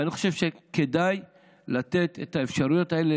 ואני חושב שכדאי לתת את האפשרויות האלה,